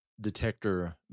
detector